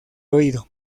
oído